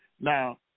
Now